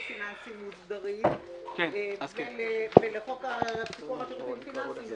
פיננסיים מוסדרים); ולחוק הפיקוח על שירותים פיננסיים (ביטוח).